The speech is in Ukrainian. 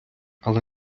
але